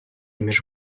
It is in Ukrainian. між